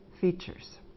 features